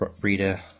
reader